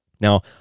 Now